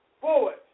forward